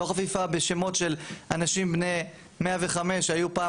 לא חפיפה בשמות של אנשים בני 105 שהיו פעם